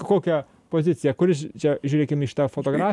kokią poziciją kuris čia žiūrėkim į šitą fotogra